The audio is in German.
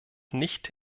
nicht